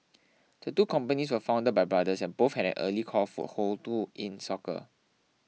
the two companies were found by brothers and both had early core foothold do in soccer